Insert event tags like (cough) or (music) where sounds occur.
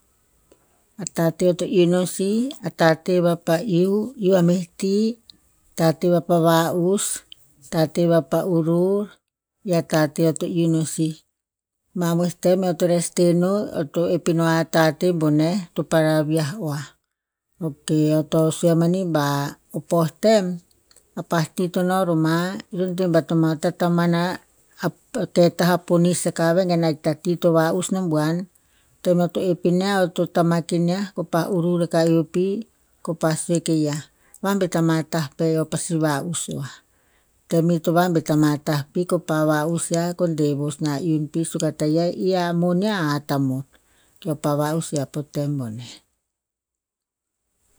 A tate eo to iu no sih, a tate vapa iu, iu a meh ti, tate vapa va'us, tate vapa urur. I a tate eo to iu no sih. Mamoeh tem eo to res te no, eo to ep ino a tate boneh, to para viah oah. Ok, eo to sue a mani bah, o poh tem, a pah ti to no roma, ito de bat noma a tatamana, (unintelligible) ke tah a ponis akah vegen a hikta ti to va'us no buan. Tem eo to ep iniah, eo to tamak iniah, ko pah urur akah eo pi, kopah sue ke yiah, vabet ama tah peh. Eo pasi va'us oah. Tem ito vabet ama tah pi ko pa va'us yiah ko de vos na iun pi suk a tayiah i a moniah a hat amot. Keo pa va'us o yiah po tem boneh.